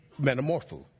metamorpho